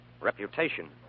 Reputation